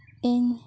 ᱤᱧ